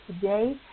today